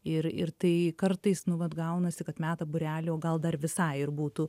ir ir tai kartais nu vat gaunasi kad meta būrelį o gal dar visai ir būtų